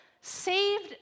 saved